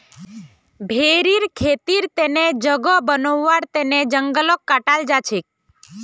भेरीर खेतीर तने जगह बनव्वार तन जंगलक काटाल जा छेक